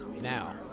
Now